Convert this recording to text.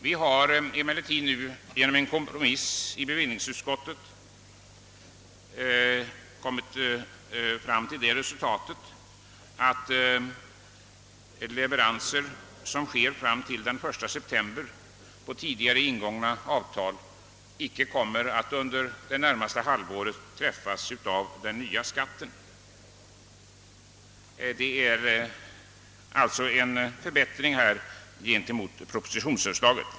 Vi har emellertid genom en kompromiss i bevillningsutskottet nu enats om att leveranser som sker fram till den 1 september enligt tidigare ingångna avtal icke kommer att under det närmaste halvåret träffas av den nya skatten. Detta betyder alltså en förbättring gentemot propositionsförslaget.